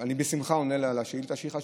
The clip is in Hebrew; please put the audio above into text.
בשמחה עונה על השאילתה שלך,